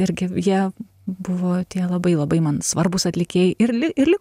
irgi jie buvo tie labai labai man svarbūs atlikėjai ir li ir liko